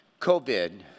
COVID